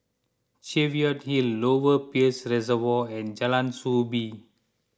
Cheviot Hill Lower Peirce Reservoir and Jalan Soo Bee